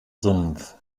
sumpf